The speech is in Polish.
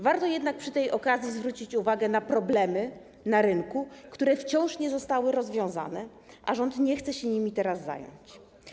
Warto przy tej okazji zwrócić uwagę na problemy na rynku, które wciąż nie zostały rozwiązane, a rząd nie chce się nimi teraz zająć.